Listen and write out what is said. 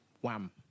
wham